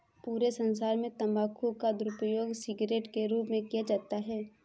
पूरे संसार में तम्बाकू का दुरूपयोग सिगरेट के रूप में किया जाता है